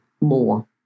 more